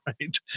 right